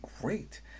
great